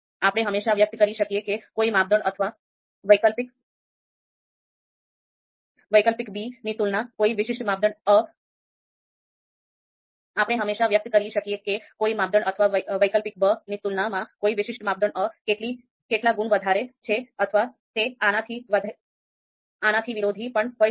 આપણે હંમેશાં વ્યક્ત કરી શકીએ કે કોઈ માપદંડ અથવા વૈકલ્પિક 'બ' ની તુલનામાં કોઈ વિશિષ્ટ માપદંડ 'અ' કેટલા ગણા વધારે છે અથવા તે આના થી વિરોધી પણ હોય શકે છે